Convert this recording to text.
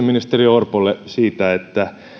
ministeri orpolle kysymyksen